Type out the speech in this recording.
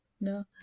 No